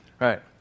right